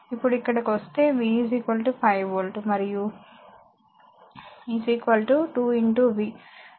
ఇప్పుడు ఇక్కడకు వస్తే V 5 వోల్ట్ మరియు 2 V